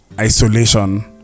isolation